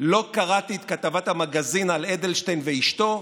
לא קראתי את כתבת המגזין על אדלשטיין ואשתו.